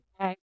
Okay